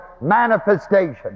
manifestation